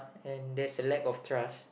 and that's a lack of trust